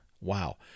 wow